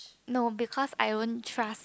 no because I won't trust